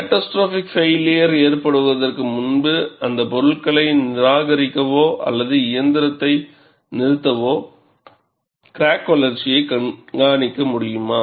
catastrophic failure ஏற்படுவதற்கு முன்பு அந்தக் பொருட்களை நிராகரிக்கவோ அல்லது இயந்திரத்தை நிறுத்தவோ கிராக் வளர்ச்சியைக் கண்காணிக்க முடியுமா